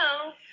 Hello